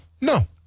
No